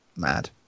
Mad